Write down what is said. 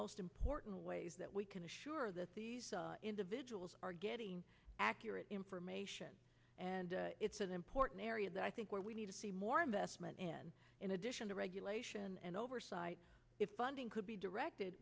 most important ways that we can assure that individuals are getting accurate information and it's an important area that i think where we need to see more investment in in addition to regulation and oversight if funding could be directed